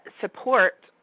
support